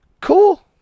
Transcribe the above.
Cool